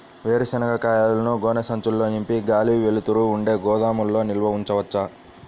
వేరుశనగ కాయలను గోనె సంచుల్లో నింపి గాలి, వెలుతురు ఉండే గోదాముల్లో నిల్వ ఉంచవచ్చా?